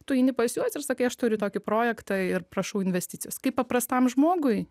tu eini pas juos ir sakai aš turiu tokį projektą ir prašau investicijos kaip paprastam žmogui